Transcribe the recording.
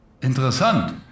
Interessant